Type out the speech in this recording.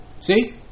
See